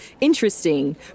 interesting